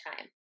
time